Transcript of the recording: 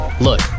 Look